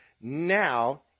now